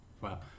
wow